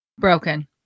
Broken